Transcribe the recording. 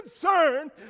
concerned